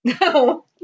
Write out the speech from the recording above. No